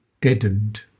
deadened